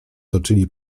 toczyli